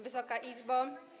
Wysoka Izbo!